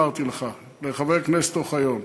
לחבר הכנסת אוחיון.